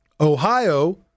Ohio